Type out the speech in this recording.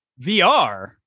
VR